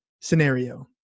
scenario